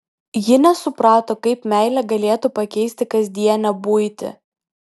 ji nesuprato kaip meilė galėtų pakeisti kasdienę buitį